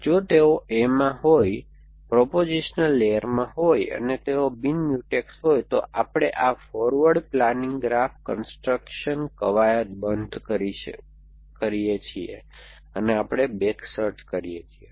જો તેઓ A માં હોય પ્રોપોઝિશન લેયરમાં હોય અને તેઓ બિન મ્યુટેક્સ હોય તો આપણે આ ફોરવર્ડ પ્લાનિંગ ગ્રાફ કન્સ્ટ્રક્શન કવાયત બંધ કરીએ છીએ અને આપણે બેક સર્ચ કરીયે છીએ